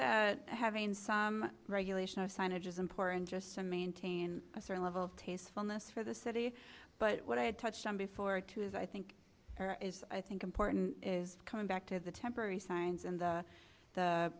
that having some regulation of signage is important just to maintain a certain level of tastefulness for the city but what i had touched on before too is i think there is i think important is coming back to the temporary signs in the